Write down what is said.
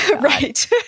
right